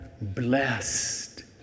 blessed